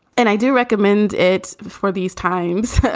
and i do recommend it before these times.